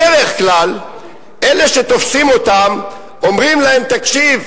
בדרך כלל אלה, תופסים אותם, אומרים להם: תקשיב,